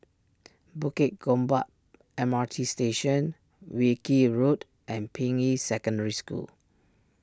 Bukit Gombak M R T Station Wilkie Road and Ping Yi Secondary School